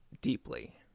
deeply